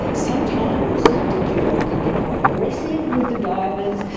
sometimes the dugong can get quite aggressive with the divers.